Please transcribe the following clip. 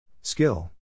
Skill